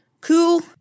Cool